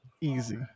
easy